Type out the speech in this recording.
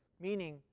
meaning